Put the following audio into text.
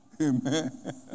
Amen